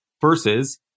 versus